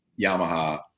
Yamaha